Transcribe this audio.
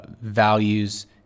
values